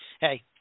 hey